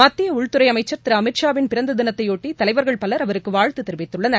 மத்திய உள்துறை அமைச்சர் திரு அமித்ஷா வின் பிறந்த தினத்தைபொட்டி தலைவர்கள் பவர் அவருக்கு வாழ்த்து தெரிவித்துள்ளனர்